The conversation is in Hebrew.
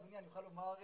אדוני, יש השפעה